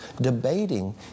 debating